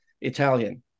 Italian